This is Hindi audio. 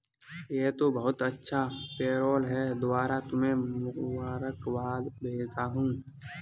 यह तो बहुत अच्छा पेरोल है दोबारा तुम्हें मुबारकबाद भेजता हूं